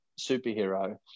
superhero